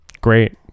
Great